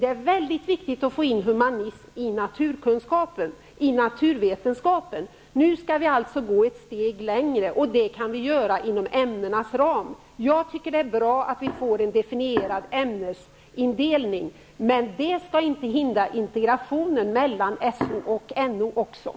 Det är väldigt viktigt att få in humanistiska ämnen i naturvetenskapen. Man skall alltså gå ett steg längre, och det kan man göra inom ämnenas ram. Det är bra att det blir en differentierad ämnesindelning, men detta skall inte hindra integrationen mellan SO och NO-ämnena.